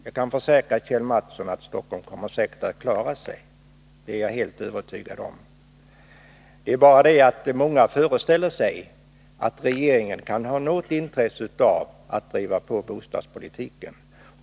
Jag kan försäkra Kjell Mattsson att Stockholm säkert kommer att klara sig — det är jag helt övertygad om. Många föreställer sig emellertid att regeringen kan ha ett intresse av att driva på bostadspolitiken.